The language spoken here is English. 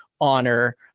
honor